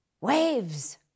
Waves